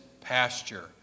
pasture